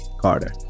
carter